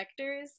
vectors